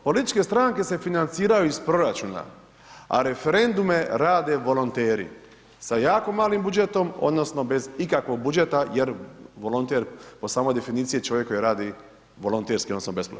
Političke stranke se financiraju iz proračuna, a referendume rade volonteri sa jako malim budžetom odnosno bez ikakvog budžeta jer volonter po samoj definiciji je čovjek koji radi volonterski odnosno besplatno.